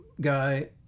guy